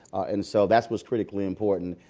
and so that's what's critically important.